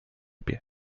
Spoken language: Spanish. pie